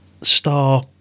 star